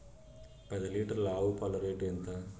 పది లీటర్ల ఆవు పాల రేటు ఎంత?